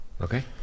Okay